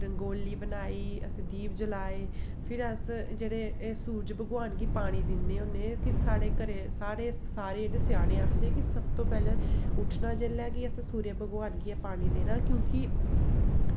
रंगोली बनाई असें दीप जलाए फिर अस जेह्ड़े एह् सूरज भगवान गी पानी दिन्ने होन्ने कि साढ़े घरे साढ़े सारे गै सेआनै आखदे कि सब तूं पैह्लें उट्ठना जेल्लै कि अस सूरज भगवान गी गै पानी देना क्योंकि